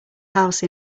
house